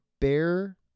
bear